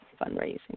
fundraising